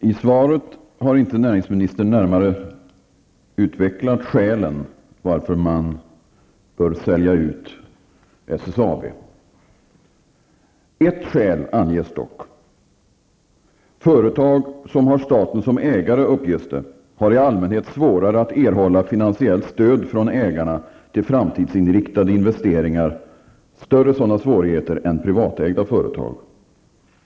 Fru talman! I svaret har näringsministern inte närmare utvecklat skälen till varför man bör sälja ut SSAB. Ett skäl anges dock. Det uppges att företag som har staten som ägare i allmänhet har svårare att erhålla finansiellt stöd från ägarna till framtidsinriktade investeringar. De skulle ha större sådana svårigheter än privatägda företag.